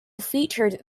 featured